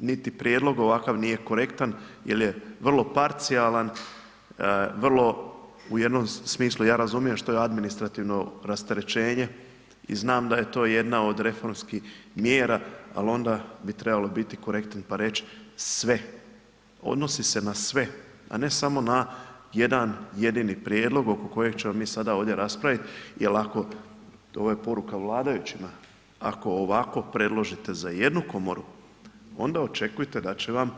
Niti prijedlog ovakav nije korektan jer je vrlo parcijalan, vrlo u jednom smislu, ja razumijem što je administrativno rasterećenje i znam da je to jedna od reformskih mjera ali onda bi trebalo korektni pa reći sve, odnosi se na sve a ne samo na jedan jedini prijedlog oko kojeg ćemo mi sada ovdje raspravit jer ako, ovo je poruka vladajućima, ako ovako predložite za jednu komoru, onda očekujte da će vam